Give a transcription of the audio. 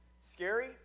scary